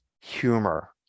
humor